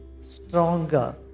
Stronger